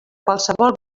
qualsevol